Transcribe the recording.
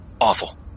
awful